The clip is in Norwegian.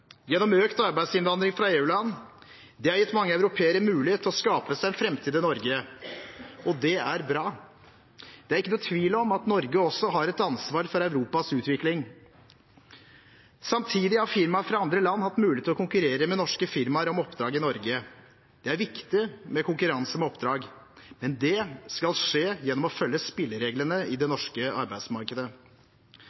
gjennom økt arbeidsinnvandring fra EU-land. Dette har gitt mange europeere mulighet til å skape seg en framtid i Norge. Det er bra. Det er ikke tvil om at Norge også har et ansvar for Europas utvikling. Samtidig har firmaer fra andre land hatt mulighet til å konkurrere med norske firmaer om oppdrag i Norge. Det er viktig med konkurranse om oppdrag, men det skal skje gjennom å følge spillereglene i det